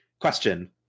Question